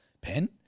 pen